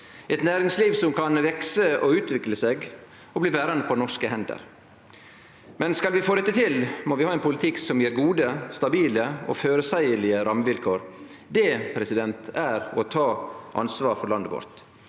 eit næringsliv som kan vekse og utvikle seg og bli verande på norske hender. Skal vi få dette til, må vi ha ein politikk som gjev gode, stabile og føreseielege rammevilkår. Det er å ta ansvar for landet vårt.